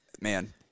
man